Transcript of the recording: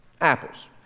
Apples